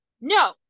No